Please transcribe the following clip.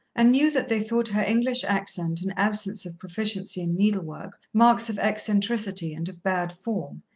and knew that they thought her english accent and absence of proficiency in needlework, marks of eccentricity and of bad form,